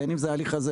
בין אם זה ההליך הזה,